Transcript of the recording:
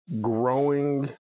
growing